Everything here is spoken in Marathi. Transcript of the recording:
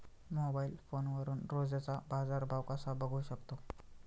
मोबाइल फोनवरून रोजचा बाजारभाव कसा बघू शकतो?